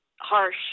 harsh